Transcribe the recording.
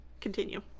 continue